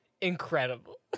Incredible